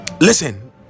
listen